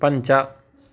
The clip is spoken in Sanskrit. पञ्च